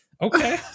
Okay